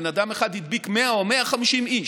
בן אדם אחד הדביק 100 או 150 איש,